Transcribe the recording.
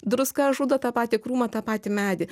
druska žudo tą patį krūmą tą patį medį